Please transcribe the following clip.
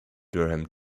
durham